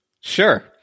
Sure